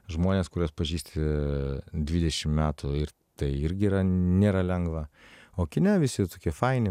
žmonės kuriuos pažįsti dvidešim metų tai irgi yra nėra lengva o kine visi tokie faini